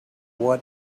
what